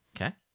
Okay